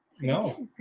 no